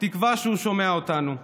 בתקווה שהוא שומע אותנו.